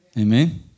Amen